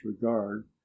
regard